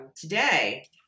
today